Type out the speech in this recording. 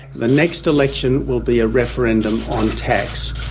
the next election will be a referendum on tax.